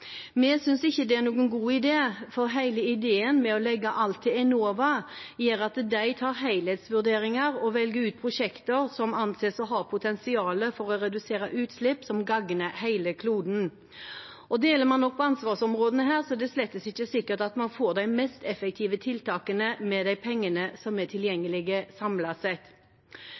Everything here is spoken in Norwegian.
Vi synes ikke det er en god idé, for hele ideen med å legge alt til Enova er at de skal ta helhetsvurderinger og velge ut prosjekter som anses å ha potensial for utslippsreduksjoner som gagner hele kloden. Deler man opp ansvarsområdene her, er det slett ikke sikkert at man samlet sett får de mest effektive tiltakene med de pengene som er